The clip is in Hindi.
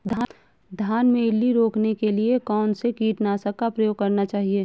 धान में इल्ली रोकने के लिए कौनसे कीटनाशक का प्रयोग करना चाहिए?